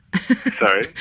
Sorry